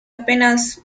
apenas